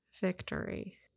victory